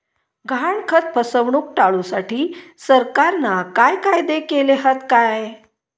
गहाणखत फसवणूक टाळुसाठी सरकारना काय कायदे केले हत काय?